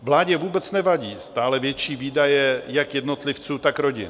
Vládě vůbec nevadí stále větší výdaje jak jednotlivců, tak rodin.